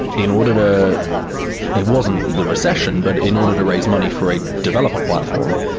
in order to it wasn't the recession, but in order to raise money for a developer platform,